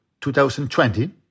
2020